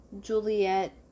Juliet